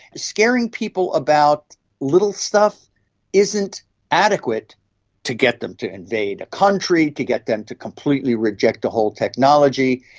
scaring people about little stuff isn't adequate to get them to invade a country, to get them to completely reject a whole technology,